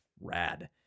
Rad